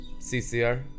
CCR